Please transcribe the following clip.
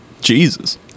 Jesus